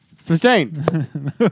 Sustain